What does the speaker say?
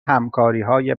همکاریهای